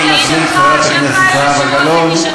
אני מזמין את חברת הכנסת זהבה גלאון.